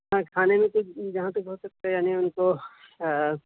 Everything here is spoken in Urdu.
ہاں کھانے میں کچھ جہاں تک ہو سکتا ہے یعنی ان کو